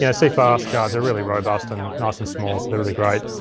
yeah cfast cards are really robust and nice and small, so they're really great.